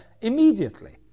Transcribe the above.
immediately